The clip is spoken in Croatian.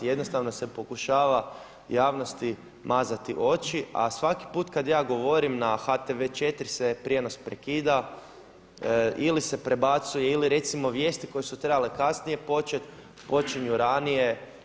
Jednostavno se pokušava javnosti mazati oči, a svaki put kad ja govorim na HTV4 se prijenos prekida ili se prebacuje ili recimo vijesti koje su trebale kasnije početi počinju ranije.